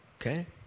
Okay